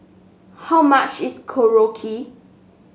how much is Korokke